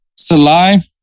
Salai